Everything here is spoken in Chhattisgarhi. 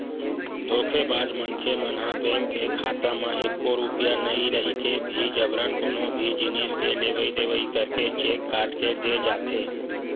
धोखेबाज मनखे मन ह बेंक के खाता म एको रूपिया नइ रहिके भी जबरन कोनो भी जिनिस के लेवई देवई करके चेक काट के दे जाथे